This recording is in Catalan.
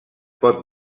pot